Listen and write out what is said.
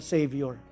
Savior